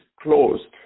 closed